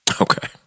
Okay